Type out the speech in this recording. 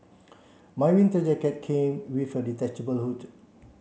my winter jacket came with a detachable hood